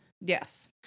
Yes